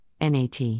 NAT